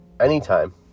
Anytime